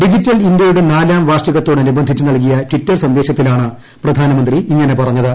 digital ഇന്ത്യയുടെ നാലാം വാർഷികത്തോടനുബന്ധിച്ച് നൽകിയ ട്വിറ്റർ സന്ദേശത്തിലാണ് പ്രധാനമന്ത്രി ഇങ്ങനെ പറഞ്ഞത്